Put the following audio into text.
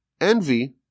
envy